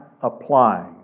applying